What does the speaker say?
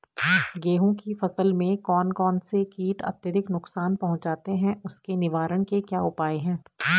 गेहूँ की फसल में कौन कौन से कीट अत्यधिक नुकसान पहुंचाते हैं उसके निवारण के क्या उपाय हैं?